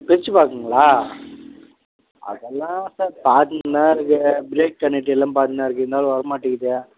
பிரித்து பார்க்கணுங்களா அதெல்லாம் சார் காட்டின்னுதான் இருக்குது ப்ரேக் கனக்டிலாம் பார்த்துன்னுதான் இருக்குது இருந்தாலும் வர மாட்டேங்குது